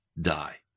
die